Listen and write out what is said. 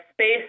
space